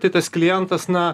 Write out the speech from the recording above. tai tas klientas na